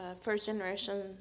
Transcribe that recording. first-generation